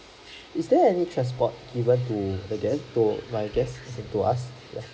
is there any transport given to the guests to my guests same to us